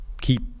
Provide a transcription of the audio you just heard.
keep